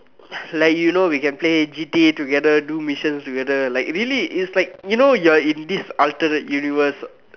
like you know we can play G_D_A together do missions together like really it's like you know you're in this alternate universe